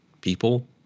people